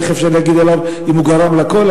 איך אפשר להגיד עליו אם הוא גרם לכול.